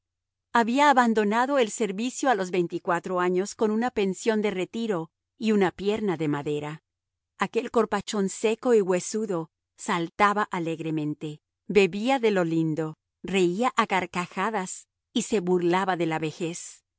había abandonado el servicio a los veinticuatro años con una pensión de retiro y una pierna de madera aquel corpachón seco y huesudo saltaba alegremente bebía de lo lindo reía a carcajadas y se burlaba de la vejez